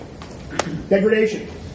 Degradation